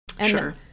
sure